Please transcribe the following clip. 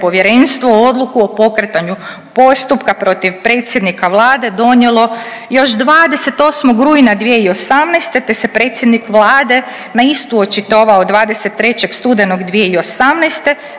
povjerenstvo odluku o pokretanju postupka protiv predsjednika Vlade donijelo još 28. rujna 2018. te se predsjednik Vlade na istu očitovao 23. studenog 2018.